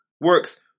works